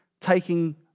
taking